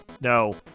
no